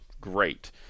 Great